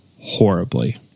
horribly